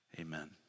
Amen